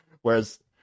whereas